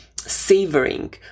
savoring